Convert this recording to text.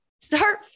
Start